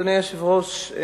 אדוני היושב-ראש,